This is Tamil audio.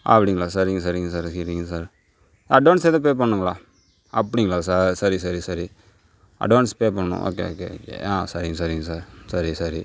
அப்டிங்களா சரிங்க சரிங்க சரிங்க சரிங்க சார் அட்வான்ஸ் ஏதும் பே பண்ணணுங்களா அப்டிங்களா சார் சரி சரி சரி அடுவான்ஸ் பே பண்ணணும் ஓகே ஓகே ஓகே ஆ சரிங்க சரிங்க சார் சரி சரி